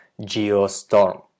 Geostorm